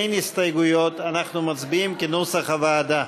אין הסתייגויות, אנחנו מצביעים כנוסח הוועדה.